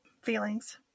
feelings